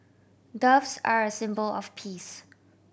doves are a symbol of peace